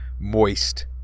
Moist